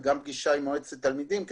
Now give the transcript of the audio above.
פגישה עם מועצת תלמידים,